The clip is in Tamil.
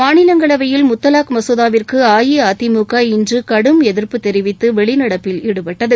மாநிலங்களவையில் முத்தலாக் மசோதாவிற்கு அஇஅதிமுக இன்று கடும் எதிர்ப்புத் தெரிவித்து வெளிநடப்பில் ஈடுபட்டது